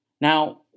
Now